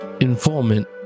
informant